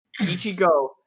Ichigo